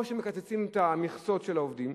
או שמקצצים את המכסות של העובדים.